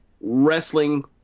wrestling